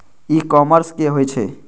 ई commerce की होए छै?